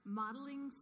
modeling